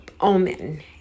Omen